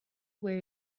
where